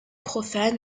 profane